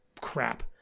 crap